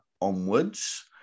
onwards